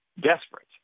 desperate